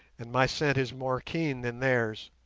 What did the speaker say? and my scent is more keen than theirs.